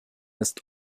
ist